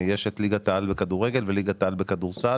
יש את ליגת העל בכדורגל וליגת העל בכדורסל,